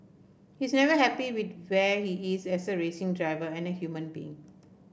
he is never happy with where he is as a racing driver and a human being